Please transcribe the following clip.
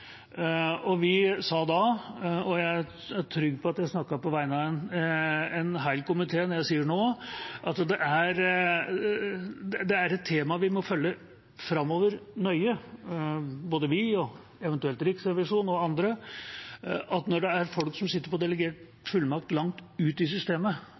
og jeg er trygg på at jeg snakker på vegne av en hel komité når jeg nå sier at det er et tema vi må følge nøye framover, både vi, eventuelt Riksrevisjonen og andre: Når det er folk som sitter på delegert fullmakt langt ut i systemet,